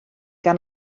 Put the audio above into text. gan